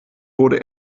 wurde